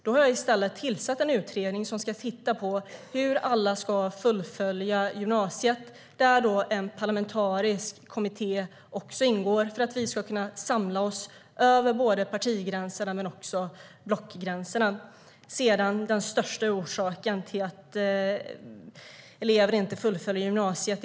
Jag har i stället tillsatt en utredning som ska titta på hur alla ska kunna fullfölja gymnasiet. Här ingår en parlamentarisk kommitté för att vi ska kunna samla oss över parti och blockgränserna. Det finns många förklaringar till att elever inte fullföljer gymnasiet.